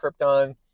Krypton